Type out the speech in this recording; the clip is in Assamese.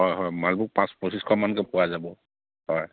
হয় হয় মালভোগ পাঁচ পঁচিছশমানকৈ পোৱা যাব হয়